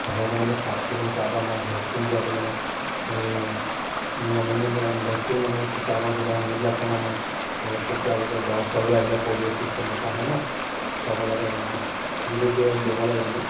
সাধাৰণতে মানে চাফচিকুণ কৰাটো আমাৰ ভেকচিন দিয়াটো মানে এই নিয়ম ভেকচিন মানে তিতাকন চিতাকণ যিবিলাক মানে আমাৰ কুকুৰাক এতিয়া দৰৱ খুৱাবলৈ আহিলে পলিঅ' চিষ্টেমত আহে ন খুৱাব লাগে ইঞ্জিন যিটো দৰৱ দিব লাগে মানে